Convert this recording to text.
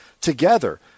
together